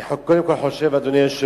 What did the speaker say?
אני קודם כול חושב, אדוני היושב-ראש,